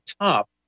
top